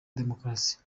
demokarasi